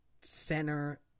center